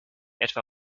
etwa